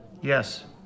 Yes